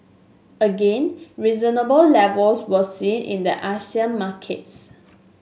again reasonable levels were seen in the Asian markets